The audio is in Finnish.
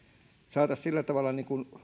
saataisiin sillä tavalla